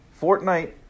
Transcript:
Fortnite